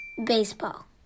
baseball